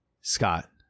Scott